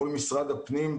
מול משרד הפנים,